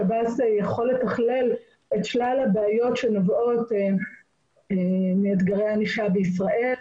שב"ס יכול לתכלל את שלל הבעיות שנובעות מאתגרי ענישה בישראל.